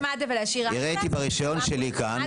אני ראיתי ברישיון שלי כאן --- אם להוריד את